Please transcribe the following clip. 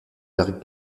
vers